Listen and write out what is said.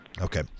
Okay